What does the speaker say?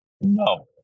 No